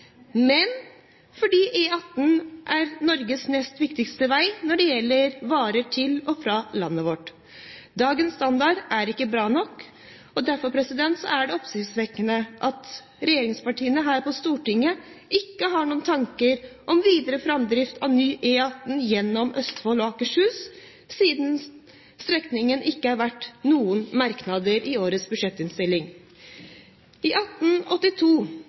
men fordi E18 er Norges nest viktigste vei når det gjelder varer til og fra landet vårt. Dagens standard er ikke bra nok. Derfor er det oppsiktsvekkende at regjeringspartiene her på Stortinget ikke har noen tanker om videre framdrift av ny E18 gjennom Østfold og Akershus, siden strekningen ikke er verdt noen merknader i årets budsjettinnstilling. I 1882